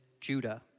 Judah